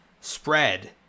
spread